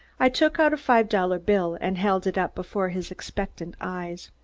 i took out a five dollar bill and held it up before his expectant eyes.